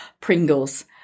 Pringles